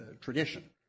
tradition